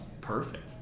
Perfect